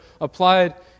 applied